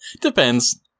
Depends